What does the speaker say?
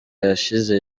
yashize